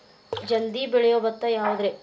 ಜಲ್ದಿ ಬೆಳಿಯೊ ಭತ್ತ ಯಾವುದ್ರೇ?